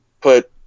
put